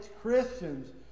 Christians